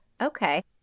Okay